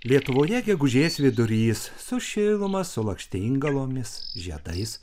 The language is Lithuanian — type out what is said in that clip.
lietuvoje gegužės vidurys su šiluma su lakštingalomis žiedais